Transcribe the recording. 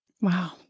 Wow